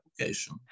application